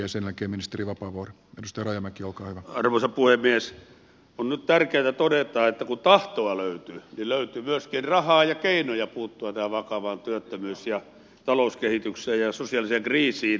on selkeä ministeri vapaavuori ostelemme kiukaan arvoisa puhemies nyt tärkeätä todeta että kun tahtoa löytyy niin löytyy myöskin rahaa ja keinoja puuttua tähän vakavaan työttömyys ja talouskehitykseen ja sosiaaliseen kriisiin